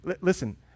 Listen